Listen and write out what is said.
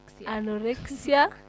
Anorexia